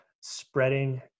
spreading